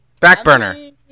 Backburner